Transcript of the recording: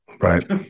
Right